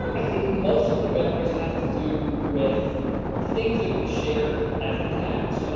i think most of the memories have to do with things that we shared as a cast. you know,